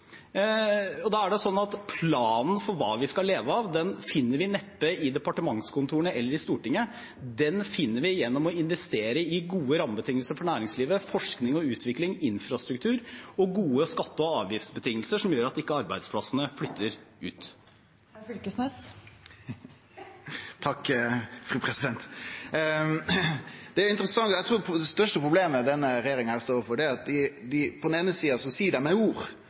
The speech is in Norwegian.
Planen for hva vi skal leve av, finner vi neppe i departementskontorene eller i Stortinget. Den finner vi gjennom å investere i gode rammebetingelser for næringslivet, forskning og utvikling, infrastruktur og gode skatte- og avgiftsbetingelser som gjør at ikke arbeidsplassene flytter ut. Herr Fylkesnes – til oppfølgingsspørsmål. Takk, fru president. Eg trur det største problemet denne regjeringa står overfor, er at dei på den eine sida seier med ord at vi treng å få ein overgang i norsk økonomi, og så